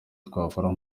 dukora